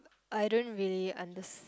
I don't really under